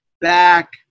Back